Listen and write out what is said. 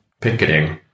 picketing